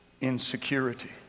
insecurity